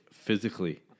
Physically